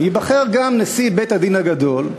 ייבחר גם נשיא בית-הדין הגדול,